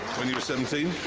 when you were seventeen?